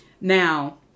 Now